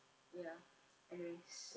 ya anyways